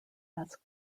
asked